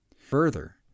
Further